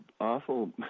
awful